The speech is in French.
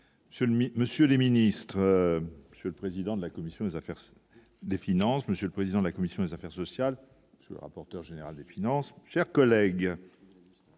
monsieur le ministre, monsieur le président de la commission des affaires des finances monsieur le président de la commission des affaires sociales, rapporteur général des finances, chers collègues,